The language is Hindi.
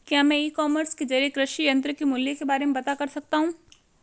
क्या मैं ई कॉमर्स के ज़रिए कृषि यंत्र के मूल्य के बारे में पता कर सकता हूँ?